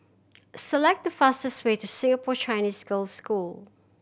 select the fastest way to Singapore Chinese Girls' School